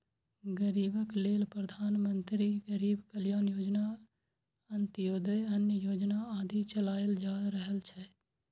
गरीबक लेल प्रधानमंत्री गरीब कल्याण योजना, अंत्योदय अन्न योजना आदि चलाएल जा रहल छै